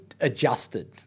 adjusted